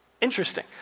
Interesting